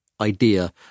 idea